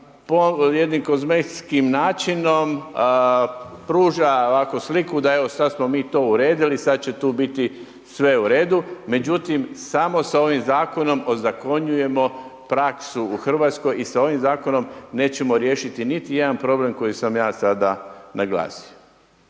jednim kozmetskim načinom, pruža ovako sliku da evo, sada smo mi to uredili, sada će to biti sve u redu, međutim, samo sa ovim zakonom, ozakonjujemo praksu u Hrvatskoj i sa ovim zakonom nećemo riješiti niti jedan problem koji sam ja sada naglasio.